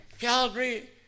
Calgary